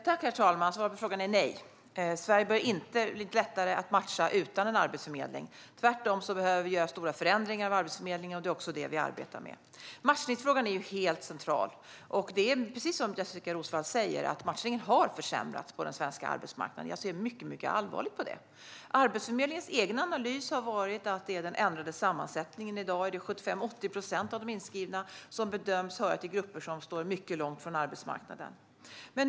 Herr talman! Svaret på frågan är nej. Det blir inte lättare att matcha utan en arbetsförmedling. Tvärtom behöver vi göra stora förändringar av Arbetsförmedlingen, och det är det vi arbetar med. Matchningsfrågan är helt central. Precis som Jessika Roswall säger har matchningen försämrats på den svenska arbetsmarknaden. Jag ser mycket allvarligt på det. Arbetsförmedlingens egen analys har varit att det är fråga om den ändrade sammansättningen. I dag bedöms 75-80 procent av de inskrivna höra till grupper som står mycket långt från arbetsmarknaden.